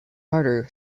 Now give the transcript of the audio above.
harder